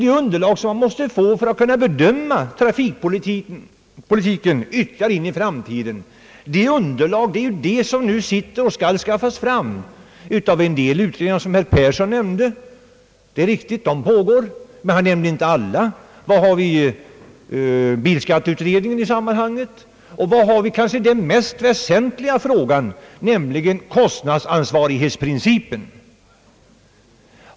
Det underlag man måste ha för att kunna bedöma trafikpolitiken längre fram i tiden skall ju skaffas fram av en del av de utredningar som herr Persson nämnde och som nu pågår. Herr Persson nämnde emellertid inte alla utred ningar i detta sammanhang. Var har vi bilskatteutredningen? Var står vi i den kanske mest väsentliga frågan, nämligen kostnadsansvarighetsprincipen?